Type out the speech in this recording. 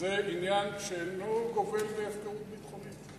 זה עניין שאינו גובל בהפקרות ביטחונית?